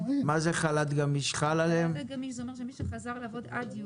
החל"ת הגמיש אומר שמי שחזר לעבוד עד יולי,